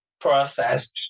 process